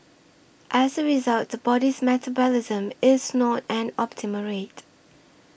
as a result the body's metabolism is not an optimal rate